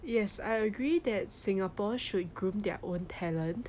yes I agree that singapore should groom their own talent